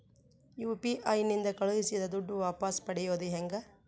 UPI ನಿಂದ ಕಳುಹಿಸಿದ ದುಡ್ಡು ವಾಪಸ್ ಪಡೆಯೋದು ಹೆಂಗ?